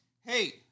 hey